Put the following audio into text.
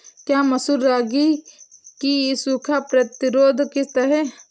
क्या मसूर रागी की सूखा प्रतिरोध किश्त है?